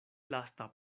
lasta